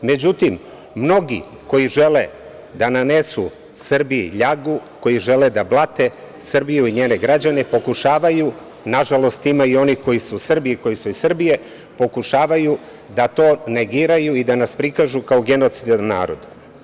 Međutim, mnogi koji žele da nanesu Srbiji ljagu, koji žele da blate Srbiju i njene građane, pokušavaju, nažalost, ima i onih koji su u Srbiji, koji su iz Srbije, pokušavaju da to negiraju i da nas prikažu kao genocidan narod.